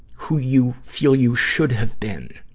who you feel you should have been.